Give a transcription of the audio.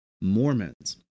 Mormons